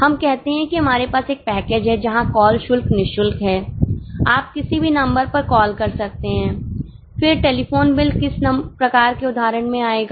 हम कहते हैं कि हमारे पास एक पैकेज है जहाँ कॉल शुल्क निःशुल्क हैं आप किसी भी नंबर पर कॉल कर सकते हैं फिर टेलीफोन बिल किस प्रकार के उदाहरण में आएगा